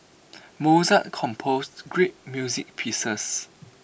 Mozart composed great music pieces